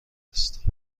است